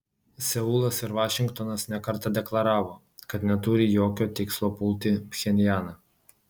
seulas ir vašingtonas ne kartą deklaravo kad neturi jokio tikslo pulti pchenjaną